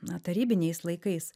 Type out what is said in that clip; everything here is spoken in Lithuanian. na tarybiniais laikais